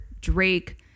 Drake